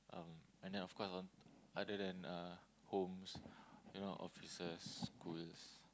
um at night of course I want other than uh homes you know offices schools